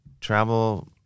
travel